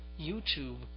YouTube